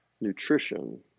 nutrition